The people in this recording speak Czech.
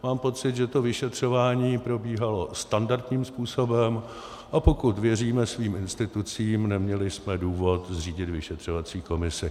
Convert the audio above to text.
Mám pocit, že to vyšetřování probíhalo standardním způsobem, a pokud věříme svým institucím, neměli jsme důvod zřídit vyšetřovací komisi.